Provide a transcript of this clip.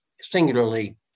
singularly